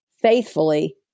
faithfully